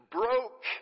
broke